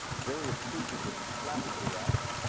very appreciative and flattered be asked,